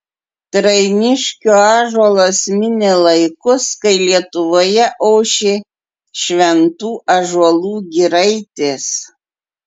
trainiškio ąžuolas minė laikus kai lietuvoje ošė šventų ąžuolų giraitės